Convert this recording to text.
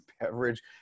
beverage